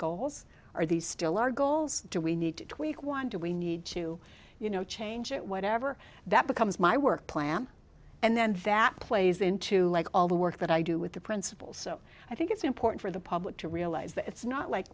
goals are these still our goals do we need to tweak one do we need to you know change it whatever that becomes my work plan and then that plays into all the work that i do with the principals so i think it's important for the public to realize that it's not like